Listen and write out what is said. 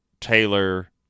taylor